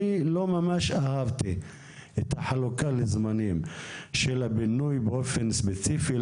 לא ממש אהבתי את החלוקה לזמנים של הבינוי באופן ספציפי.